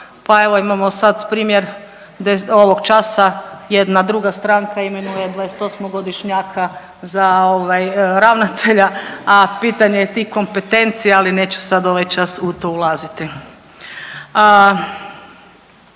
pa evo imamo sad primjer ovog časa jedna druga stranka imenuje 28-godišnjaka za ovaj ravnatelja, a pitanje je tih kompetencija, ali neću sad ovaj čas u to ulaziti.